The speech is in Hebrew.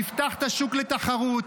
נפתח את השוק לתחרות.